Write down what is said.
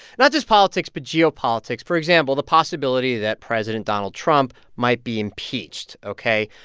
not just politics, but geopolitics. for example, the possibility that president donald trump might be impeached, ok?